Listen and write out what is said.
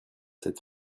cette